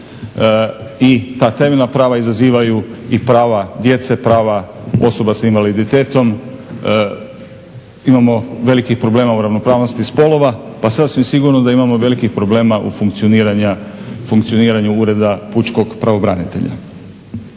i ta temeljna prava izazivaju i prava djece, prava osoba sa invaliditetom. Imamo velikih problema u ravnopravnosti spolova, pa sasvim sigurno da imamo velikih problema u funkcioniranju Ureda pučkog pravobranitelja.